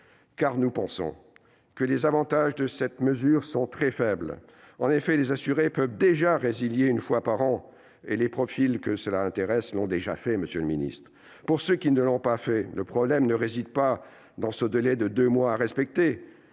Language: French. en effet que les avantages de cette mesure sont très faibles. Les assurés peuvent déjà résilier une fois par an, et les profils que cela intéresse l'ont déjà fait. Pour ceux qui ne l'ont pas fait, le problème ne réside pas dans ce délai de deux mois à respecter.